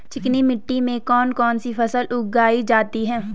चिकनी मिट्टी में कौन कौन सी फसल उगाई जाती है?